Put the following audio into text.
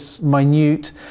minute